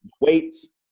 weights